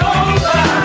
over